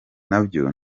nabyo